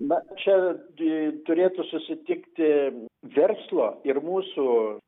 na čia gi turėtų susitikti verslo ir mūsų